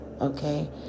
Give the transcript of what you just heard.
Okay